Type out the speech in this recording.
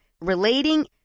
relating